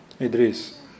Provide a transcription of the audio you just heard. Idris